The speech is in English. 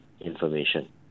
information